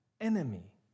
enemy